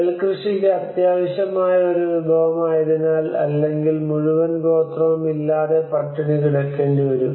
നെൽകൃഷിക്ക് അത്യാവശ്യമായ ഒരു വിഭവമായതിനാൽ അല്ലെങ്കിൽ മുഴുവൻ ഗോത്രവും ഇല്ലാതെ പട്ടിണി കിടക്കേണ്ടിവരും